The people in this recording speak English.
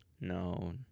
no